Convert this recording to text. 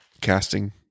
casting